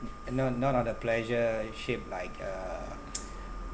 and not not on the pleasure ship like uh